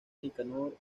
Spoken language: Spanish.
nicanor